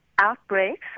Outbreaks